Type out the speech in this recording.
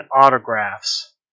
autographs